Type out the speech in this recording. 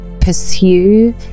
pursue